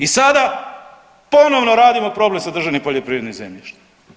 I sada ponovno radimo problem sa državnim poljoprivrednim zemljištem.